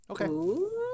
okay